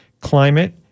climate